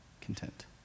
content